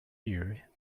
year